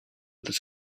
that